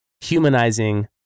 humanizing